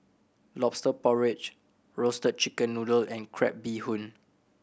Lobster Porridge Roasted Chicken Noodle and crab bee hoon